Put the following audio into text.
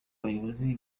bayobozi